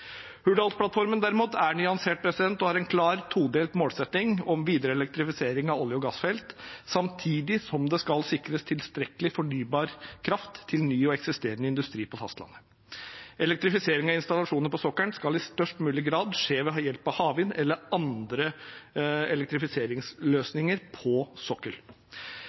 Hurdalsplattformen derimot er nyansert og har en klar todelt målsetting om videre elektrifisering av olje- og gassfelt, samtidig som det skal sikres tilstrekkelig fornybar kraft til ny og eksisterende industri på fastlandet. Elektrifisering av installasjoner på sokkelen skal i størst mulig grad skje ved hjelp av havvind eller andre elektrifiseringsløsninger på